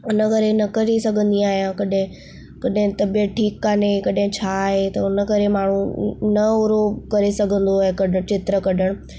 उन करे न करे सघंदी आहियां कॾहिं कॾहिं तबियत ठीकु कान्हे कॾहिं छा आहे त हुन करे माण्हू न ओहड़ो करे सघंदो आहे कॾहिं चित्र कढणु